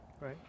Right